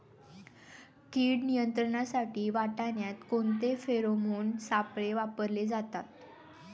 कीड नियंत्रणासाठी वाटाण्यात कोणते फेरोमोन सापळे वापरले जातात?